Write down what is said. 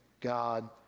God